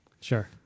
Sure